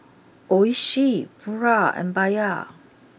Oishi Pura and Bia